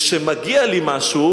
וכשמגיע לי משהו,